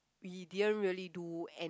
we didn't really do any